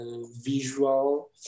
visual